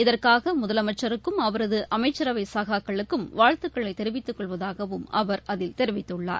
இதற்னக முதலமைச்சருக்கும் அவரது அளமச்சரவை சகாக்களுக்கும் வாழ்த்துக்களை தெரிவித்துக் கொள்வதாகவும் அவர் அதில் தெரிவித்துள்ளார்